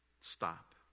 stop